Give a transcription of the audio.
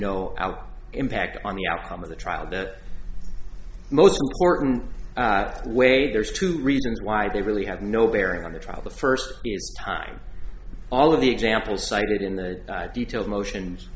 out impact on the outcome of the trial that most important way there's two reasons why they really have no bearing on the trial the first time all of the examples cited in the detailed motions